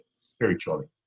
spiritually